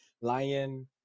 Lion